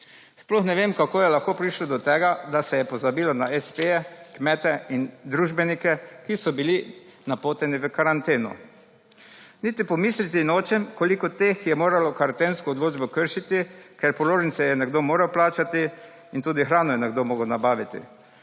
Sploh ne vem kako je lahko prišlo do tega, da se je pozabilo na espeje, kmete in družbenike, ki so bili napoteni v karanteno. Niti pomisliti nočem koliko teh je moralo karantensko odločbo kršiti, ker položnice je nekdo moral plačati in tudi hrano je nekdo moral nabaviti,